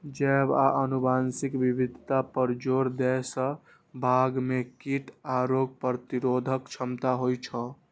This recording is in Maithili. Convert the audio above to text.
जैव आ आनुवंशिक विविधता पर जोर दै सं बाग मे कीट आ रोग प्रतिरोधक क्षमता होइ छै